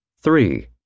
Three